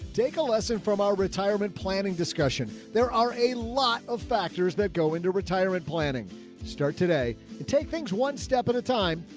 take a lesson from our retirement planning discussion. there are a lot of factors that go into retirement planning to start today and take things one step at a time.